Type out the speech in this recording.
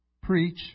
preach